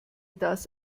das